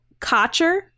kocher